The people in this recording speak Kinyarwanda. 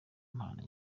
impano